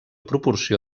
proporció